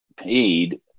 paid